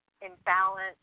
imbalance